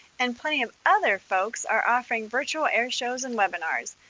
and plenty of other folks are offering virtual air shows and webinars.